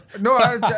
No